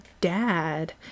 dad